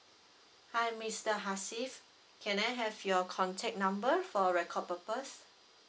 hi mister hasif can I have your contact number for record purpose